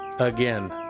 Again